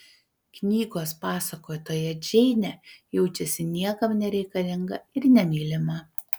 knygos pasakotoja džeinė jaučiasi niekam nereikalinga ir nemylima